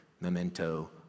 memento